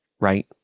right